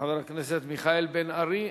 וחבר הכנסת מיכאל בן-ארי.